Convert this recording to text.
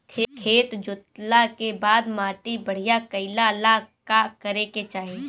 खेत जोतला के बाद माटी बढ़िया कइला ला का करे के चाही?